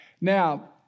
Now